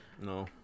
No